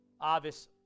obvious